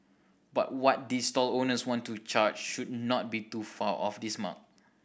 but what these stall owners want to charge should not be too far off this mark